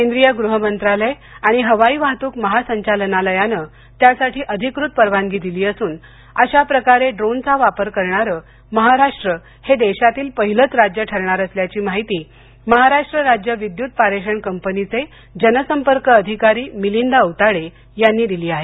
केंद्रीय गृह मंत्रालय आणि हवाई वाहतूक महासंचालनालयाने त्यासाठी अधिकृत परवानगी दिली असून अशा प्रकारे ड्रोनचा वापर करणारे महाराष्ट्र हे देशातील पहिलेच राज्य ठरणार असल्याची माहिती महाराष्ट्र राज्य विद्युत पारेषण कंपनीचे जनसंपर्क अधिकारी मिलिंद अवताडे यांनी दिली आहे